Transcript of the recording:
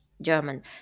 German